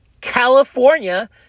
California